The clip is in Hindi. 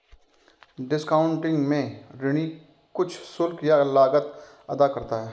डिस्कॉउंटिंग में ऋणी कुछ शुल्क या लागत अदा करता है